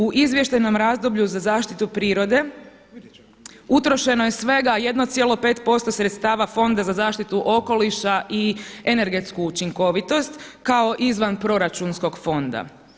U izvještajnom razdoblju za zaštitu prirode utrošeno je svega 1,5% sredstava Fonda za zaštitu okoliša i energetsku učinkovitost kao izvanproračunskog fonda.